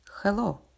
Hello